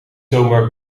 zomaar